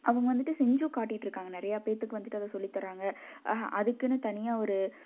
அவங்க வந்துவிட்டு செஞ்சும் காட்டிட்டுருக்காங்க நிறையா பேர்த்துக்கு வந்துவிட்டு அதை சொல்லித்தராங்க அதுக்குன்னு தனியாக ஒரு